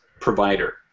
provider